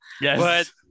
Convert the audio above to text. Yes